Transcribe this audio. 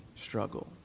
struggle